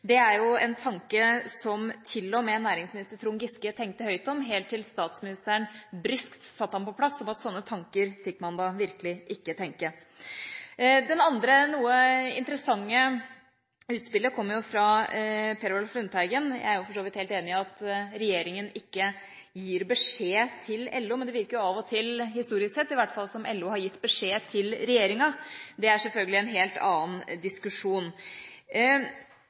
Det er jo en tanke som til og med næringsminister Trond Giske tenkte høyt om, helt til statsministeren bryskt satte ham på plass med at slike tanker fikk man da virkelig ikke tenke. Det andre noe interessante utspillet kom fra representanten Per Olaf Lundteigen. Jeg er for så vidt helt enig i at regjeringa ikke gir beskjed til LO, men det virker av og til – historisk sett, i hvert fall – som om LO har gitt beskjed til regjeringa. Det er selvfølgelig en helt annen diskusjon.